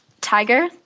tiger